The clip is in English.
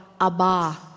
Abba